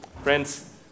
Friends